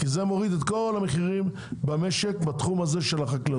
כי זה מוריד את כל המחירים במשק בתחום הזה של החקלאות.